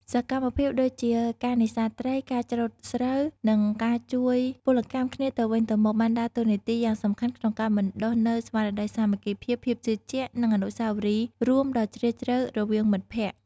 សកម្មភាពដូចជាការនេសាទត្រី ការច្រូតស្រូវ និងការជួយពលកម្មគ្នាទៅវិញទៅមកបានដើរតួនាទីយ៉ាងសំខាន់ក្នុងការបណ្តុះនូវស្មារតីសាមគ្គីភាព ភាពជឿជាក់ និងអនុស្សាវរីយ៍រួមដ៏ជ្រាលជ្រៅរវាងមិត្តភក្តិ។